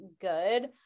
good